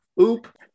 Oop